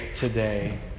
today